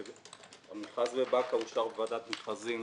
המכרז בבאקה אושר בוועדת מכרזים